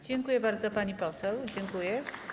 Dziękuję bardzo, pani poseł, dziękuję.